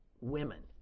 women